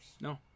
No